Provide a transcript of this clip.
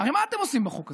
הרי מה אתם עושים בחוק הזה?